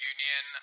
Union